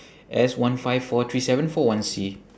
S one five four three seven four one C